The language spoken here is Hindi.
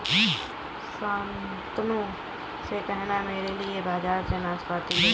शांतनु से कहना मेरे लिए बाजार से नाशपाती ले आए